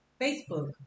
Facebook